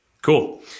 Cool